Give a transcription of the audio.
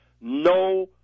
no